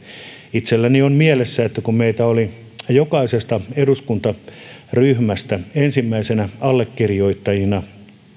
itselläni on mielessä että meitä oli jokaisesta eduskuntaryhmästä ensimmäisinä allekirjoittajina